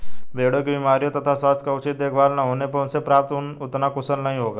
भेड़ों की बीमारियों तथा स्वास्थ्य का उचित देखभाल न होने पर उनसे प्राप्त ऊन उतना कुशल नहीं होगा